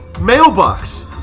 mailbox